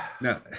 No